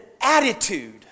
attitude